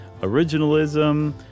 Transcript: originalism